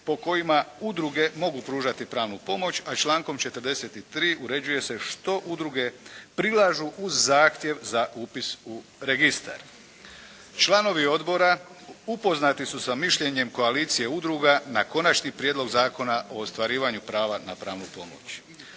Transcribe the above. po kojima udruge mogu pružati pravnu pomoć, a člankom 43. uređuje se što udruge prilažu uz zahtjev za upis u registar. Članovi Odbora upoznati su sa mišljenjem koalicije udruga na Konačni prijedlog Zakona o ostvarivanju prava na pravnu pomoć.